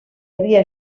havia